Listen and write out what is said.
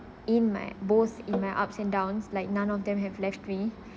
in my both in my ups and downs like none of them have left me